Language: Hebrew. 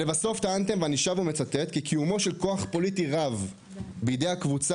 אני מצטט שנית: ״קיומו של כוח פוליטי רב בידי הקבוצה